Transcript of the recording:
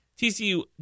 TCU